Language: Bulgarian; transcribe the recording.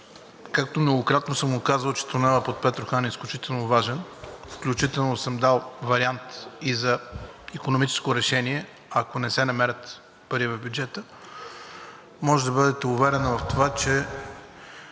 както многократно съм казвал, че тунелът под Петрохан е изключително важен, включително съм дал вариант и за икономическо решение, ако не се намерят пари в бюджета. Може да бъдете уверена в това, че